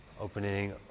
Opening